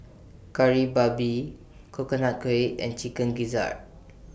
Kari Babi Coconut Kuih and Chicken Gizzard